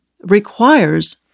requires